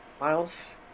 Miles